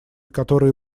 которые